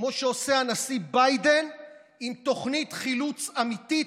כמו שעושה הנשיא ביידן עם תוכנית חילוץ אמיתית.